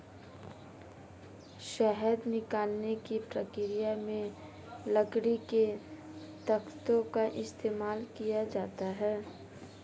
शहद निकालने की प्रक्रिया में लकड़ी के तख्तों का इस्तेमाल किया जाता है